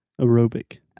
Aerobic